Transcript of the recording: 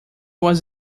was